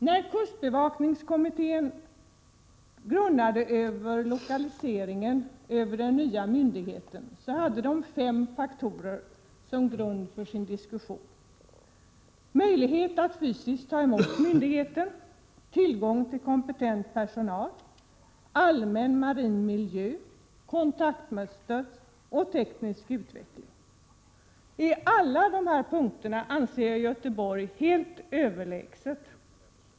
När kustbevakningskommittén grunnade över lokaliseringen av den nya myndigheten hade den fem faktorer att ta hänsyn till vid sin diskussion: möjlighet att fysiskt ta emot myndigheten, tillgång till kompetent personal, allmän marin miljö, kontaktmönster och teknisk utveckling. På alla dessa punkter är Göteborg överlägset.